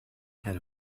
had